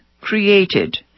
created